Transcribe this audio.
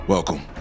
Welcome